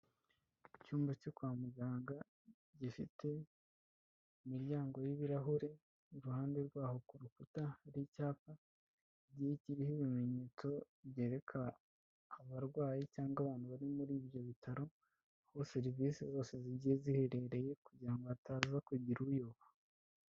Icyumba cyo kwa muganga gifite imiryango y'ibirahure, iruhande rwaho ku rukuta hari icyapa kigiye kiriho ibimenyetso byereka abarwayi cyangwa abantu bari muri ibyo bitaro, aho serivisi zose zigiye ziherereye kugira ngo ha bataza kugira uyoba.